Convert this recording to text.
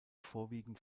vorwiegend